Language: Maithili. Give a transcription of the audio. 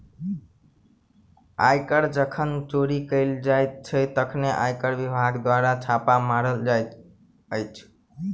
आयकर जखन चोरी कयल जाइत छै, तखन आयकर विभाग द्वारा छापा मारल जाइत अछि